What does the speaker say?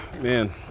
Man